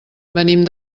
venim